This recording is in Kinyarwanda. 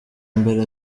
mbere